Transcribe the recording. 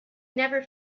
never